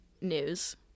news